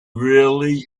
really